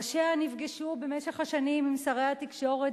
ראשיה נפגשו במשך השנים עם שרי התקשורת